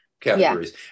categories